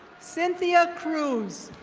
cynthia pruz.